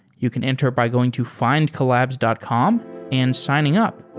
you can enter by going to findcollabs dot com and signing up.